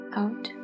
out